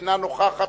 אינה נוכחת,